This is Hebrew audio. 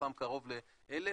מתוכן קרוב ל-1,000,